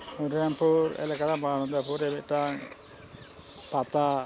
ᱦᱚᱨᱤᱨᱟᱢᱯᱩᱨ ᱮᱞᱟᱠᱟ ᱵᱟᱸᱫᱽᱴᱟᱯᱩᱨᱨᱮ ᱢᱤᱫᱴᱟᱝ ᱯᱟᱛᱟ